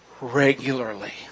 regularly